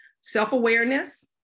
Self-awareness